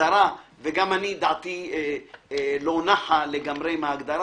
מההגדרה וגם דעתי לא נחה לגמרי מההגדרה,